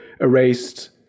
erased